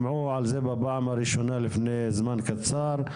הם שמעו על זה בפעם הראשונה לפני זמן קצר,